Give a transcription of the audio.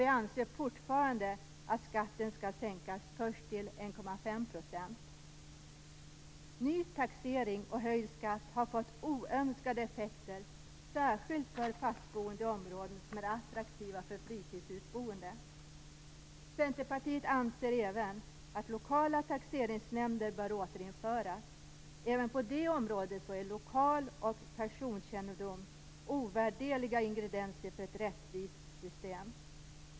Vi anser fortfarande att skatten skall sänkas, först till Ny taxering och höjd skatt har fått oönskade effekter, särskilt för fast boende i områden som är attraktiva för fritidshusboende. Centerpartiet anser att lokala taxeringsnämnder bör återinföras. Även på detta område är lokal och personkännedom ovärderliga för att man skall få ett rättvist system.